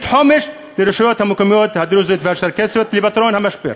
חומש לרשויות המקומיות הדרוזיות והצ'רקסיות לפתרון המשבר.